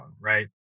right